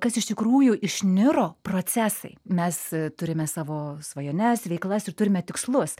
kas iš tikrųjų išniro procesai mes turime savo svajones veiklas ir turime tikslus